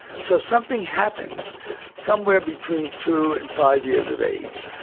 so something happens somewhere between two and five years of age